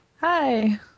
Hi